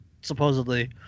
supposedly